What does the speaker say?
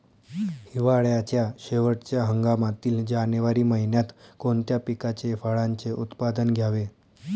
हिवाळ्याच्या शेवटच्या हंगामातील जानेवारी महिन्यात कोणत्या पिकाचे, फळांचे उत्पादन घ्यावे?